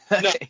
no